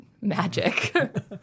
magic